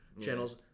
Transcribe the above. channels